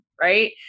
right